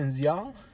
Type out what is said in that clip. y'all